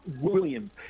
Williams